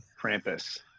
Krampus